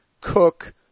Cook